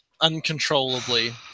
Uncontrollably